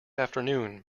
afternoon